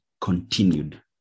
continued